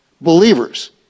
Believers